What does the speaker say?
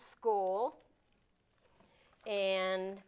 school and